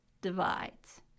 divides